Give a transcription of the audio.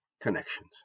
connections